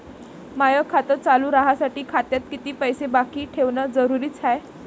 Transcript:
माय खातं चालू राहासाठी खात्यात कितीक पैसे बाकी ठेवणं जरुरीच हाय?